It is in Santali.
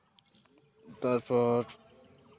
ᱛᱟᱨᱯᱚᱨ